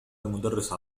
المدرس